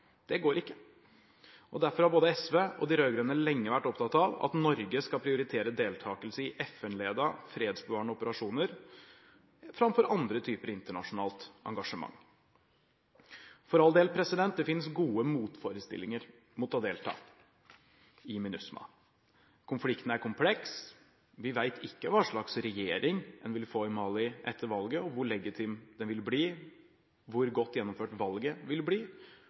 Det går ikke. Derfor har både SV og de rød-grønne lenge vært opptatt av at Norge skal prioritere deltakelse i FN-ledede fredsbevarende operasjoner framfor andre typer internasjonalt engasjement. For all del, det finnes gode motforestillinger mot å delta i MINUSMA. Konflikten er kompleks. Vi vet ikke hva slags regjering en vil få i Mali etter valget, hvor legitim den vil bli, hvor godt valget vil bli